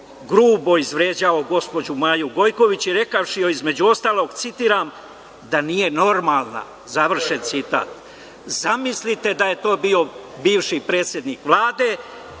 grubo izvređao gospođu Maju Gojković rekavši joj između ostalog, citiram – „da nije normalna“, završen citat. Zamislite da je to bio bivši predsednik Vlade